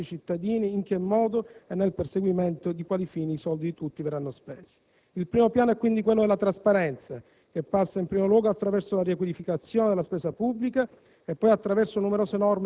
degli anni scorsi, in che modo e nel perseguimento di quali fini i soldi di tutti verranno spesi. Il primo piano è, quindi, quello della trasparenza, che passa, in primo luogo, attraverso la riqualificazione della spesa pubblica